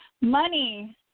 Money